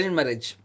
marriage